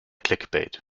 clickbait